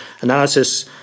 analysis